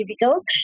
difficult